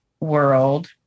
world